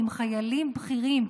עם חיילים בכירים,